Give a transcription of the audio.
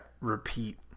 repeat